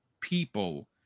people